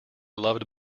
loved